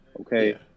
okay